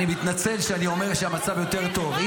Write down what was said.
אני מתנצל שאני אומר שהמצב יותר טוב.